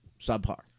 subpar